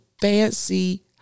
fancy